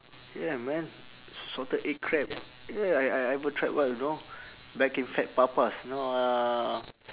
ya man s~ salted egg crab yeah I I ever tried one know back in fat papas know uh